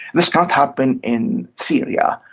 this can't happen in syria,